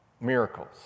Miracles